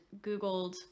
Googled